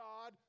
God